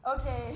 okay